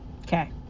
Okay